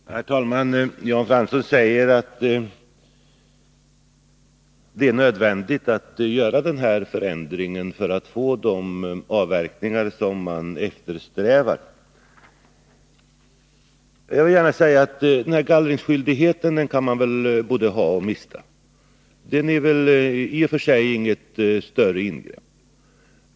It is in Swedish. Herr talman! Jan Fransson säger att det är nödvändigt att göra den här förändringen för att få de avverkningar som man eftersträvar. Jag vill gärna säga att den gallringsskyldigheten kan man både ha och mista. Den innebär i och för sig inget större ingrepp.